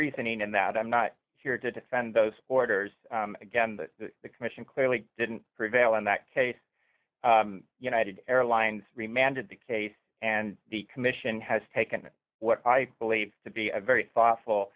reasoning and that i'm not here to defend those orders again that the commission clearly didn't prevail in that case united airlines remanded the case and the commission has taken what i believe to be a very thoughtful